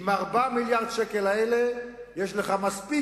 עם 4 מיליארדי השקלים האלה יש לך מספיק